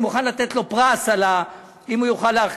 אני מוכן לתת לו פרס אם הוא יוכל להאיר